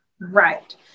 right